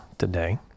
today